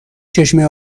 چشمه